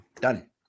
Done